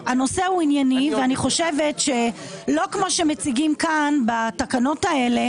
הנושא הוא ענייני ואני חושבת שלא כמו שמציגים כאן בתקנות האלה,